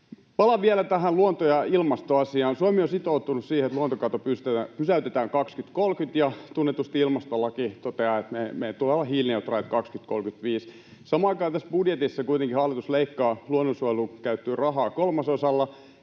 Palaan vielä tähän luonto- ja ilmastoasiaan. Suomi on sitoutunut siihen, että luontokato pysäytetään 2030, ja tunnetusti ilmastolaki toteaa, että meidän tulee olla hiilineutraali 2035. Samaan aikaan tässä budjetissa kuitenkin hallitus leikkaa luonnonsuojeluun käytettyä rahaa kolmasosalla,